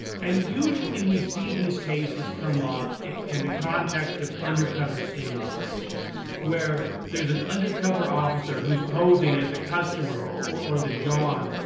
and usually, we see these cases come up in the context of undercover sting operations, where there's an undercover officer who's posing as a customer, or the john,